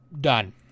Done